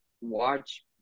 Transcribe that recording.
watch